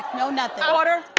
no nothing. order,